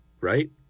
right